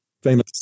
Famous